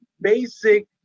basic